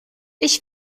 ich